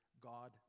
God